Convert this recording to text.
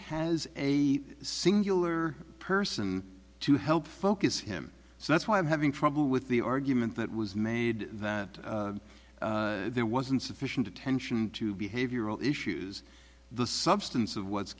has a singular person to help focus him so that's why i'm having trouble with the argument that was made that there wasn't sufficient attention to behavioral issues the substance of what's